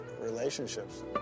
relationships